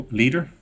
leader